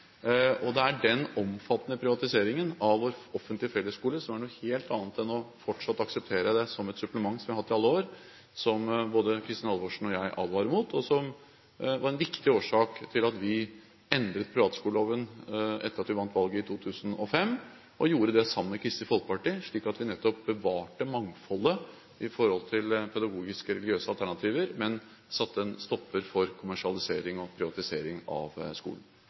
Den omfattende privatiseringen av vår offentlige fellesskole er noe helt annet enn fortsatt å akseptere det som et supplement som vi har hatt i alle år, som både Kristin Halvorsen og jeg advarer mot. Det var en viktig årsak til at vi endret privatskoleloven etter at vi vant valget i 2005, og gjorde det sammen med Kristelig Folkeparti, slik at vi nettopp bevarte mangfoldet når det gjelder pedagogiske og religiøse alternativer, men satte en stopper for kommersialisering og privatisering av skolen.